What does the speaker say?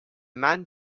man